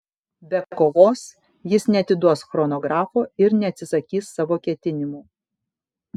be kovos jis neatiduos chronografo ir neatsisakys savo ketinimų